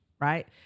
right